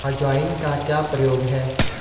अजवाइन का क्या प्रयोग है?